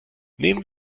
nehmen